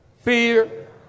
Fear